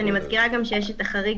אני מזכירה גם שיש את החריג,